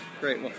great